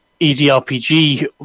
EDRPG